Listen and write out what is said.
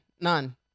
none